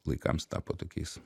laikams tapo tokiais